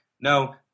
no